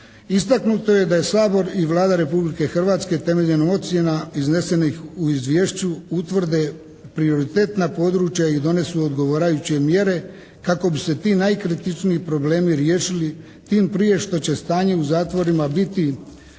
Istaknuto je da je Sabor i Vlada Republike Hrvatske temeljem ocjena iznesenih u izvješću utvrde prioritetna područja i donesu odgovarajuće mjere kako bi se ti najkritičniji problemi riješili, tim prije što će stanje u zatvorima biti